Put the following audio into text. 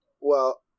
well-